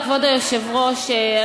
כבוד היושב-ראש,